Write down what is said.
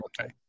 Okay